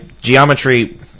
geometry